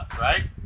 right